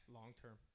long-term